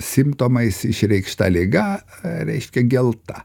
simptomais išreikšta liga reiškia gelta